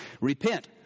Repent